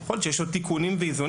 יכול להיות שיש עוד תיקונים ואיזונים,